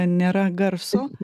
nėra garso